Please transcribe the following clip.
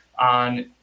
on